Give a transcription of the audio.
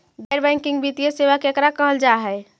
गैर बैंकिंग वित्तीय सेबा केकरा कहल जा है?